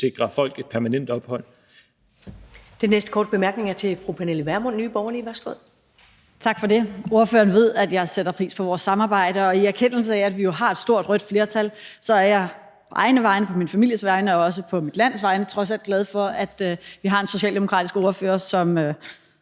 sikre folk et permanent ophold.